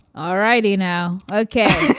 all righty now. okay.